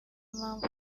mpamvu